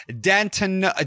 Danton